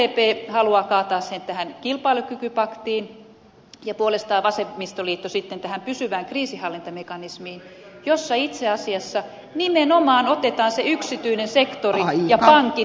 sdp haluaa kaataa sen tähän kilpailukykypakettiin ja vasemmistoliitto puolestaan tähän pysyvään kriisinhallintamekanismiin jossa itse asiassa nimenomaan otetaan se yksityinen sektori ja pankit mukaan